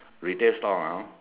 retail store ah